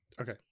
okay